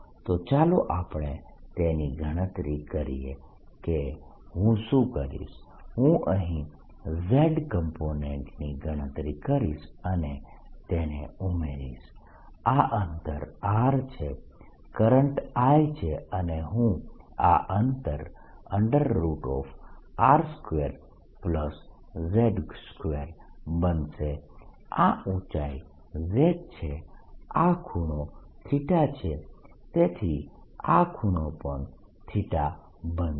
તો ચાલો આપણે તેની ગણતરી કરીએ કે હું શું કરીશ હું અહીં z કોમ્પોનેન્ટની ગણતરી કરીશ અને તેને ઉમેરીશ આ અંતર r છે કરંટ I છે અને હું આ અંતર R2z2 બનશે આ ઊચાઈ z છે આ ખૂણો છે તેથી આ ખૂણો પણ બનશે